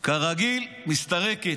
כרגיל, מסתרקת.